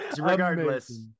regardless